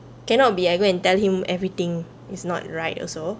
cannot be I go and tell him everything it's not right also